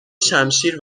شمشیر